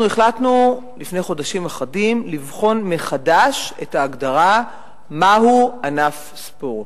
אנחנו החלטנו לפני חודשים אחדים לבחון מחדש את ההגדרה מהו ענף ספורט.